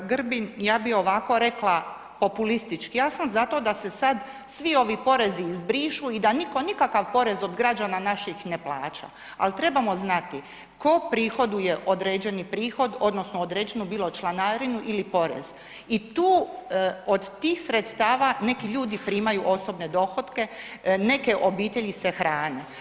Kolega Grbin, ja bi ovako rekla populistički, ja sam zato da se svi ovi porezi izbrišu i da nitko nikakav porez od građana naših ne plaća, ali trebamo znati tko prihoduje određeni prihod odnosno određenu bilo članarinu ili porez i tu od tih sredstava neki ljudi imaju osobne dohotke, neke obitelji se hrane.